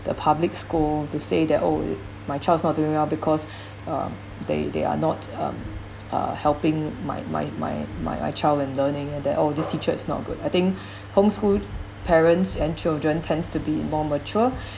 the public school to say that oh my child's not doing well because um they they are not um helping my my my my child in learning and that oh this teacher is not good I think homeschool parents and children tends to be more mature